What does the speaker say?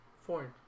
Foreign